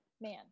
man